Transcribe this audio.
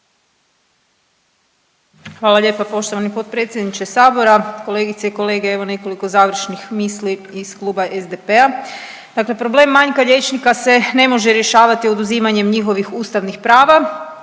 Hvala lijepa poštovani potpredsjedniče Sabora, kolegice i kolege. Evo nekoliko završnih misli iz kluba SDP-a. Dakle, problem manjka liječnika se ne može rješavati oduzimanjem njihovih ustavnih prava